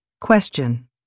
Question